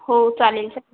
हो चालेल चालेल